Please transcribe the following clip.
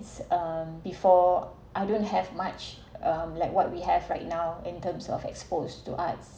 it's um before I don't have much um like what we have right now in terms of exposed to arts